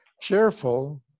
cheerful